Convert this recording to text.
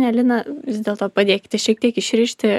melina vis dėlto padėkite šiek tiek išrišti